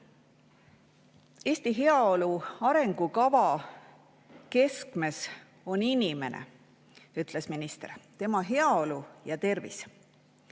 "Eesti heaolu arengukava keskmes on inimene," ütles minister, "tema heaolu ja tervis."